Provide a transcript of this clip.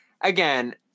again